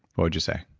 what would you say?